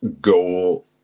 goal